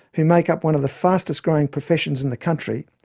who make up one of the fastest growing professions in the country,